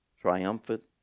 triumphant